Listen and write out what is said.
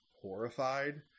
horrified